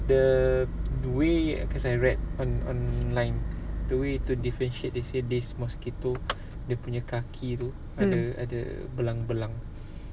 mm